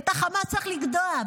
את החמאס צריך לגדוע,